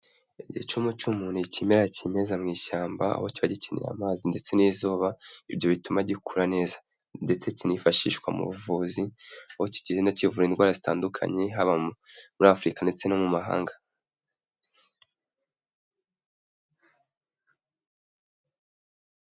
Igicumucumu ni ikimera kimeza mu ishyamba, aho kiba gikeneye amazi ndetse n'izuba, ibyo bituma gikura neza, ndetse kinifashishwa mu buvuzi, aho kigenda kivura indwara zitandukanye, haba muri Afurika ndetse no mu mahanga.